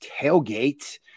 tailgate